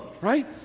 Right